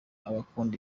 abakunda